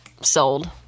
sold